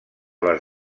les